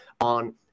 on